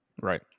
Right